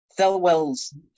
Thelwell's